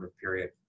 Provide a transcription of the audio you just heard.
period